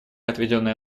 отведенное